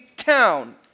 town